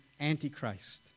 antichrist